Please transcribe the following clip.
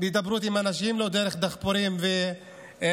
בהידברות עם אנשים, לא דרך דחפורים והריסות.